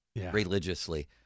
religiously